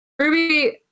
Ruby